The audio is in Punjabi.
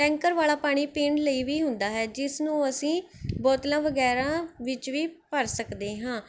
ਟੈਂਕਰ ਵਾਲਾ ਪਾਣੀ ਪੀਣ ਲਈ ਵੀ ਹੁੰਦਾ ਹੈ ਜਿਸ ਨੂੰ ਅਸੀਂ ਬੋਤਲਾਂ ਵਗੈਰਾ ਵਿੱਚ ਵੀ ਭਰ ਸਕਦੇ ਹਾਂ